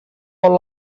vol